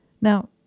Now